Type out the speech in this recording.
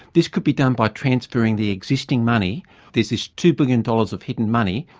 this could be done by transferring the existing money, there's this two billion dollars of hidden money,